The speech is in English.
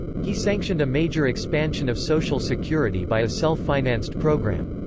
he sanctioned a major expansion of social security by a self-financed program.